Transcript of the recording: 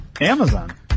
Amazon